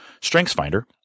StrengthsFinder